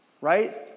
right